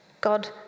God